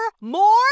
more